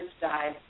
died